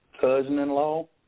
cousin-in-law